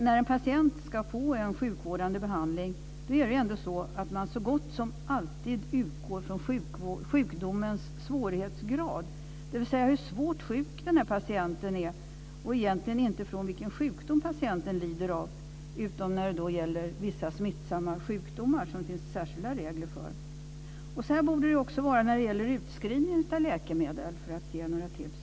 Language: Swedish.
När en patient ska få en sjukvårdande behandling utgår man så gott som alltid från sjukdomens svårighetsgrad, dvs. hur svårt sjuk den här patienten är, och egentligen inte från vilken sjukdom patienten lider av, utom när det gäller vissa smittsamma sjukdomar som det finns särskilda regler för. Så här borde det också vara när det gäller utskrivning av läkemedel, för att ge några tips.